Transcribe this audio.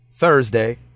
Thursday